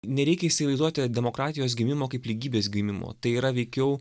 nereikia įsivaizduoti demokratijos gimimo kaip lygybės gimimo tai yra veikiau